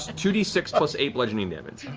ah two d six plus eight bludgeoning damage.